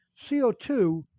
CO2